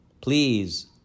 Please